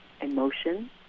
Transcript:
emotion